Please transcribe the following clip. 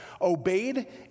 obeyed